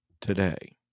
today